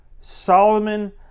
Solomon